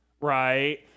right